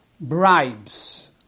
bribes